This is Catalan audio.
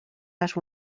les